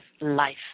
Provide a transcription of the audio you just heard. life